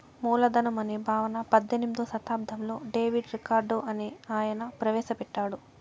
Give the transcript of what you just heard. మూలధనం అనే భావన పద్దెనిమిదో శతాబ్దంలో డేవిడ్ రికార్డో అనే ఆయన ప్రవేశ పెట్టాడు